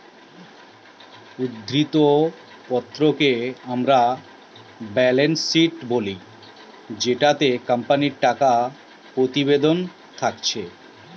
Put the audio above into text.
উদ্ধৃত্ত পত্র কে মোরা বেলেন্স শিট বলি জেটোতে কোম্পানির টাকা প্রতিবেদন থাকতিছে